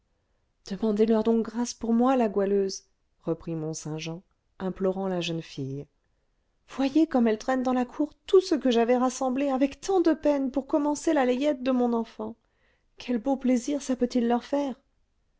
demandez-leur donc grâce pour moi la goualeuse reprit mont-saint-jean implorant la jeune fille voyez comme elles traînent dans la cour tout ce que j'avais rassemblé avec tant de peine pour commencer la layette de mon enfant quel beau plaisir ça peut-il leur faire